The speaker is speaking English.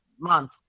month